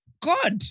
God